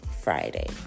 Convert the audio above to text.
Friday